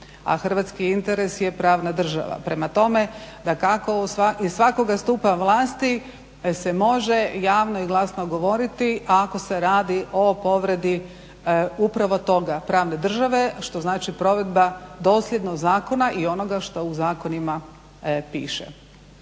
a hrvatski interes je pravna država. Prema tome dakako iz svakoga stupa vlasti se može javno i glasno govoriti ako se radi o povredi upravo toga, pravne države što znači provedba dosljednog zakona i onoga što u zakonima piše.